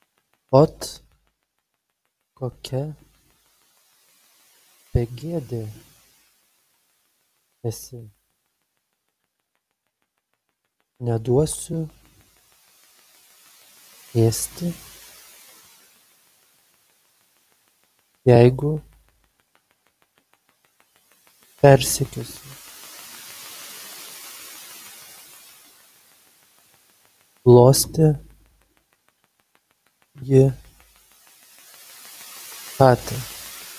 ot kokia begėdė esi neduosiu ėsti jeigu persekiosi glostė ji katę